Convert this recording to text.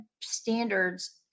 standards